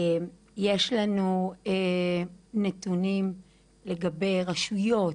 יש לנו נתונים לגבי רשויות,